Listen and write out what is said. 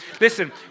Listen